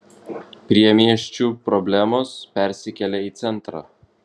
priemiesčių problemos persikelia į centrą